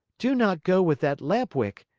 do not go with that lamp-wick!